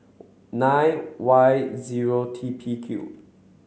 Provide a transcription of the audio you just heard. nine Y zero T P Q